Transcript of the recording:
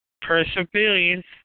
Perseverance